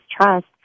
trust